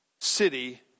city